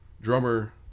drummer